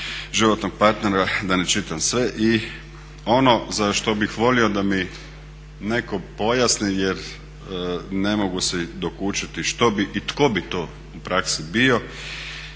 životnog partnera da ne čitam sve i ono za što bih volio da mi netko pojasni jer ne mogu si dokučiti što bi i tko bi to u praksi bio